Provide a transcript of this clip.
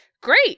great